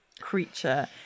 creature